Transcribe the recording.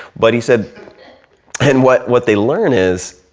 but he said and what what they learn is,